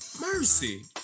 Mercy